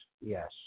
yes